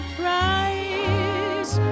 price